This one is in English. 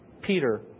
Peter